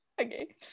Okay